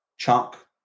chuck